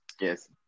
Yes